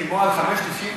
כמו על 5.90 שקל,